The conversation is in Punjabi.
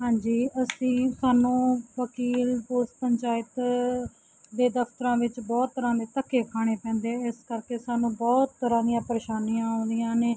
ਹਾਂਜੀ ਅਸੀਂ ਸਾਨੂੰ ਵਕੀਲ ਉਸ ਪੰਚਾਇਤ ਦੇ ਦਫ਼ਤਰਾਂ ਵਿੱਚ ਬਹੁਤ ਤਰ੍ਹਾਂ ਦੇ ਧੱਕੇ ਖਾਣੇ ਪੈਂਦੇ ਇਸ ਕਰਕੇ ਸਾਨੂੰ ਬਹੁਤ ਤਰ੍ਹਾਂ ਦੀਆਂ ਪਰੇਸ਼ਾਨੀਆਂ ਆਉਂਦੀਆਂ ਨੇ